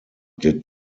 did